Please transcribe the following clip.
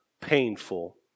painful